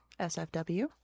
SFW